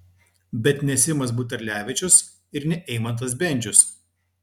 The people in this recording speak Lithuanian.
bet ne simas buterlevičius ir ne eimantas bendžius